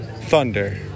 Thunder